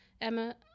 Emma